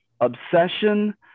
obsession